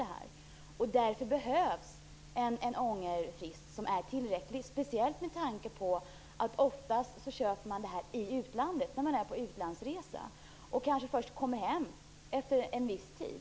Därför behövs en ångerfrist som är tillräcklig, speciellt med tanke på att man oftast köper detta i utlandet när man är på resa. Man kommer kanske hem först efter en viss tid.